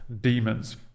demons